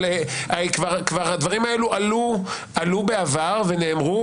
אבל כבר הדברים האלו עלו בעבר ונאמרו,